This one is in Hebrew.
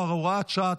4 והוראת שעה,